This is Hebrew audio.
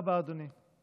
תודה רבה, אדוני.